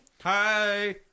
hi